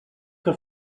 que